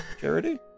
charity